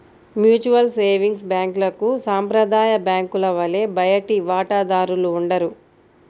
mutual savings బ్యాంక్లకు సాంప్రదాయ బ్యాంకుల వలె బయటి వాటాదారులు ఉండరు